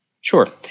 Sure